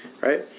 Right